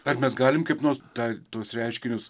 ar mes galim kaip nors tą tuos reiškinius